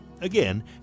Again